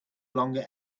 longer